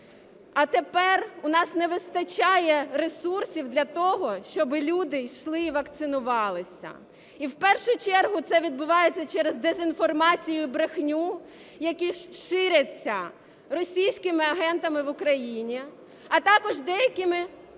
а тепер у нас не вистачає ресурсів для того, щоб люди йшли і вакцинувалися. І в першу чергу це відбувається через дезінформацію, брехню, які ширяться російськими агентами в Україні, а також деякими